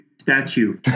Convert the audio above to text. statue